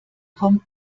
kommt